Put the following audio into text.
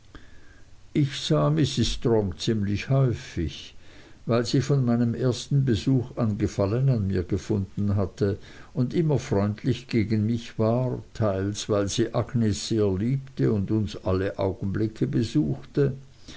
ich sah mrs strong ziemlich häufig teils weil sie von meinem ersten besuch an gefallen an mir gefunden hatte und immer freundlich gegen mich war teils weil sie agnes sehr liebte und uns alle augenblicke besuchte